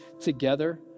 together